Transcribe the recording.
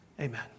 Amen